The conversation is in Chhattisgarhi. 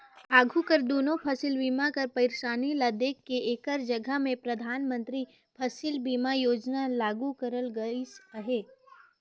आघु कर दुनो फसिल बीमा कर पइरसानी ल देख के एकर जगहा में परधानमंतरी फसिल बीमा योजना ल लागू करल गइस अहे